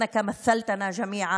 אבל אתה ייצגת את כולנו.